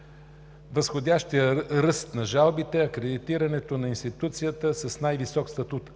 Възходящият ръст на жалбите, акредитирането на институцията с най-висок статут